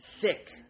thick